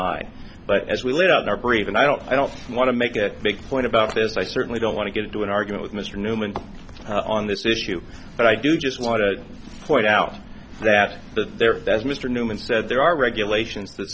i but as we live in our brief and i don't i don't want to make a big point about this i certainly don't want to get into an argument with mr newman on this issue but i do just want to point out that there that's mr newman said there are regulations that